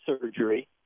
surgery